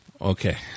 Okay